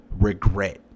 regret